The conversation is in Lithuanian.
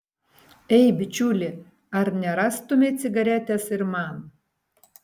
ei bičiuli ar nerastumei cigaretės ir man